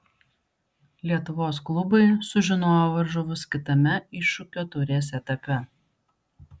lietuvos klubai sužinojo varžovus kitame iššūkio taurės etape